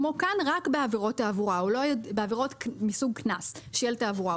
כאן זה רק בעבירות תעבורה בעבירות מסוג קנס של תעבורה.